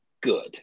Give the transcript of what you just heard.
good